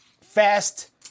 fast